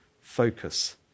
focus